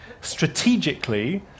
Strategically